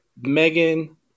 megan